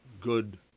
good